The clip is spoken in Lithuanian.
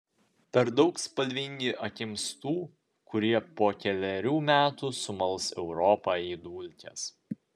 per daug spalvingi akims tų kurie po kelerių metų sumals europą į dulkes